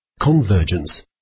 Convergence